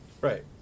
Right